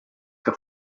que